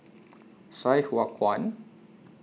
Sai Hua Kuan